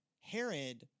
herod